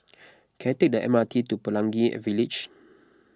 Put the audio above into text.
can I take the M R T to Pelangi Village